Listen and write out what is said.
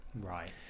Right